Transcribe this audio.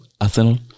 Arsenal